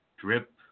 drip